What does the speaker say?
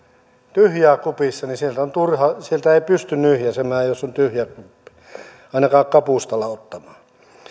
tyhjää kupissa niin sieltä ei pysty nyhjäisemään jos on tyhjä kuppi ei ainakaan kapustalla ottamaan